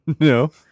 No